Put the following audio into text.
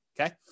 okay